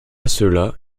cela